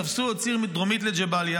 תפסו עוד ציר דרומית לג'באליה,